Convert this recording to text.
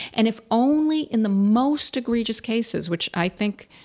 and if only in the most egregious cases, which i think,